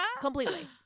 Completely